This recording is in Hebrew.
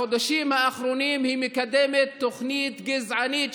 בחודשים האחרונים היא מקדמת תוכנית גזענית,